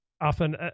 often